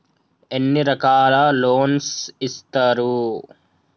ఎన్ని రకాల లోన్స్ ఇస్తరు?